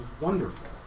wonderful